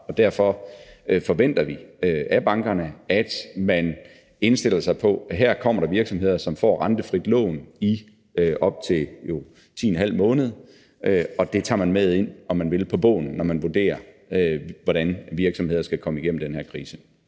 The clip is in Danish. og derfor forventer vi af bankerne, at man indstiller sig på, at her kommer der virksomheder, der har fået et rentefrit lån i op til 10½ måned, og at det tager man med ind – om man vil – på bogen, når det skal vurderes, hvordan virksomheder skal komme igennem den her krise.